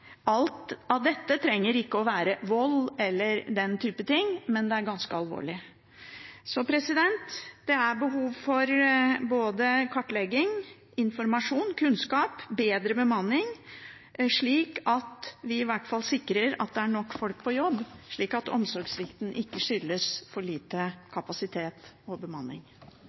Alt dette trenger ikke å være vold eller den type ting, men det er ganske alvorlig. Det er behov for både kartlegging, informasjon, kunnskap og bedre bemanning slik at man i hvert fall sikrer at det er nok folk på jobb – at omsorgssvikten ikke skyldes for lite kapasitet og bemanning.